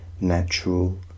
natural